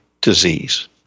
disease